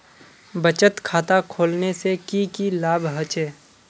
बचत खाता खोलने से की की लाभ होचे?